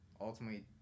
ultimately